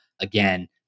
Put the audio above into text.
again